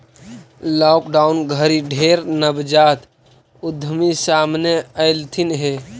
lockdown घरी ढेर नवजात उद्यमी सामने अएलथिन हे